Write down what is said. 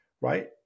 right